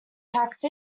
packed